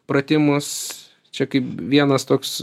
pratimus čia kaip vienas toks